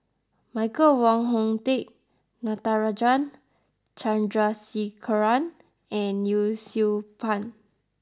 Michael Wong Hong Teng Natarajan Chandrasekaran and Yee Siew Pun